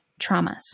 traumas